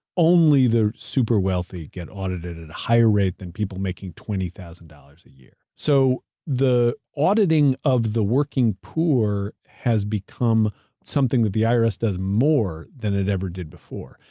only the super wealthy get audited at a higher rate than people making twenty thousand dollars a year. so the auditing of the working poor has become something that the irs does more than it ever did before.